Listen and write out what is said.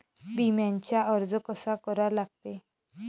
बिम्यासाठी अर्ज कसा करा लागते?